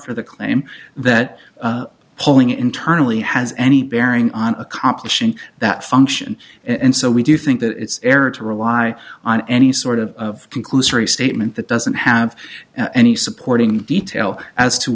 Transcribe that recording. for the claim that pulling internally has any bearing on accomplishing that function and so we do think that it's fair to rely on any sort of conclusory statement that doesn't have any supporting detail as to